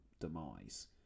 demise